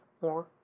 more